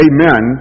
Amen